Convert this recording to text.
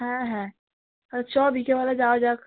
হ্যাঁ হ্যাঁ তাহলে চ বিকেলবেলা যাওয়া যাক